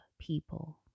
people